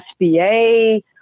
SBA